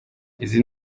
izi